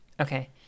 okay